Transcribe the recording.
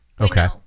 Okay